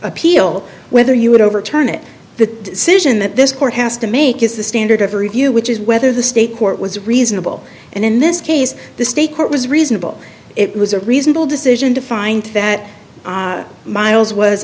appeal whether you would overturn it the situation that this court has to make is the standard of review which is whether the state court was reasonable and in this case the state court was reasonable it was a reasonable decision to find that miles was